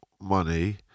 money